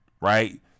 Right